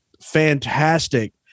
fantastic